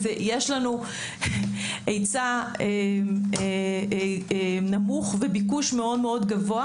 יש לנו היצע נמוך וביקוש מאוד גבוה,